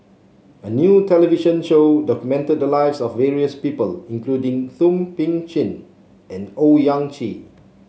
a new television show documented the lives of various people including Thum Ping Tjin and Owyang Chi